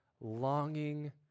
longing